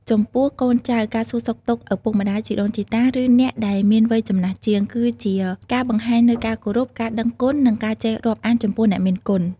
ចំពោះកូនចៅ ការសួរសុខទុក្ខឪពុកម្តាយ ជីដូនជីតា ឬអ្នកដែលមានវ័យចំណាស់ជាង គឺជាការបង្ហាញនូវការគោរព ការដឹងគុណ និងការចេះរាប់អានចំពោះអ្នកមានគុណ។